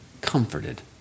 comforted